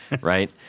right